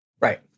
Right